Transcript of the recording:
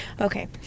Okay